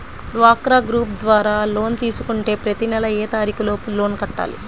డ్వాక్రా గ్రూప్ ద్వారా లోన్ తీసుకుంటే ప్రతి నెల ఏ తారీకు లోపు లోన్ కట్టాలి?